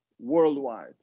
worldwide